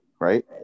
right